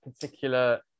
particular